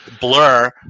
Blur